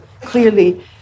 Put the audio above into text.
clearly